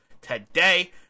today